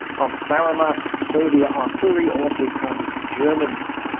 on saaremaa, soviet artillery also pounded the germans.